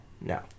no